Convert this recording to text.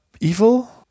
evil